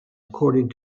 according